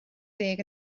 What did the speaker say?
ddeg